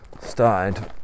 started